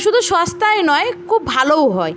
শুধু সস্তায় নয় খুব ভালোও হয়